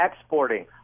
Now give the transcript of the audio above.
exporting